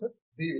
professor B